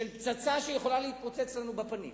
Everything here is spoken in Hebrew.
פצצה שיכולה להתפוצץ לנו בפנים.